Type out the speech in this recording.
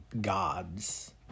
gods